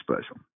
special